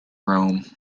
rome